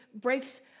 breaks